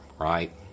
right